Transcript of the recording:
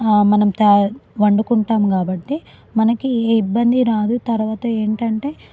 మనం వండుకుంటాం కాబట్టి మనకి ఏ ఇబ్బంది రాదు తర్వాత ఏంటంటే